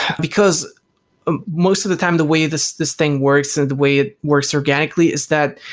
because most of the time the way this this thing works and the way it works organically is that